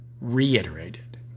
reiterated